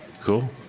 Cool